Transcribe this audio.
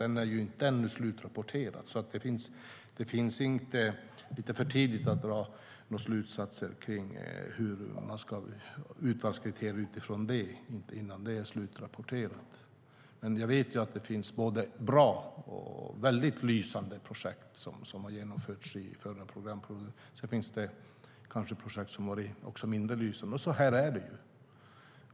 Det är ännu inte slutrapporterat, och det är därför lite för tidigt att dra några slutsatser om urvalskriterier. Jag vet att det fanns bra och lysande projekt som genomfördes under det förra programmet. Sedan fanns det mindre lysande projekt. Så är det.